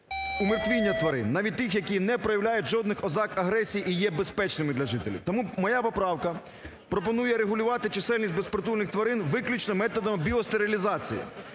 умертвіння тварин. Навіть тих, які не проявляють жодних ознак агресії і є безпечними для жителів. Тому моя поправка пропонує регулювати чисельність безпритульних тварин виключно методами біостерилізації,